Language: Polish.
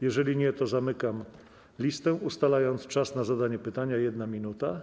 Jeżeli nie, to zamykam listę i ustalam czas na zadanie pytania na 1 minutę.